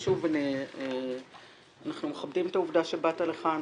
ושוב, אנחנו מכבדים את העובדה שבאת לכאן.